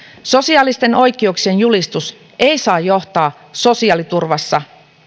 sosiaalisten oikeuksien julistus ei saa johtaa sosiaaliturvassa